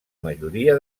majoria